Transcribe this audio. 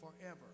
forever